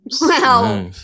Wow